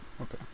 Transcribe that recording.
okay